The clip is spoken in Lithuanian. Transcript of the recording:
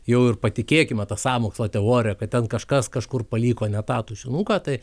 jau ir patikėkime tą sąmokslo teoriją kad ten kažkas kažkur paliko ne tą tušinuką tai